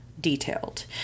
detailed